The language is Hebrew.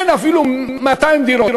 אין אפילו 200 דירות,